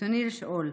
רצוני לשאול: